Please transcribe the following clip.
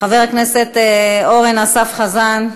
חבר הכנסת אורן אסף חזן,